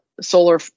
solar